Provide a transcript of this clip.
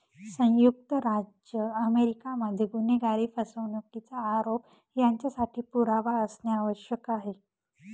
संयुक्त राज्य अमेरिका मध्ये गुन्हेगारी, फसवणुकीचा आरोप यांच्यासाठी पुरावा असणे आवश्यक आहे